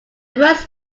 first